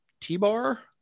T-Bar